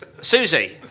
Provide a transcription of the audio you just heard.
Susie